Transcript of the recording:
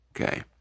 okay